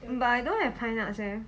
but I don't have pine nuts eh